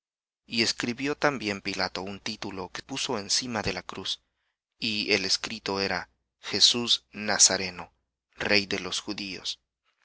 y escribió también pilato un título que puso encima de la cruz y el escrito era jesus nazareno rey de los judios